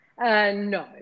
no